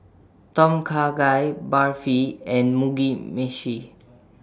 Tom Kha Gai Barfi and Mugi Meshi